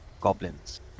goblins